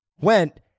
went